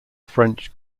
french